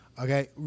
Okay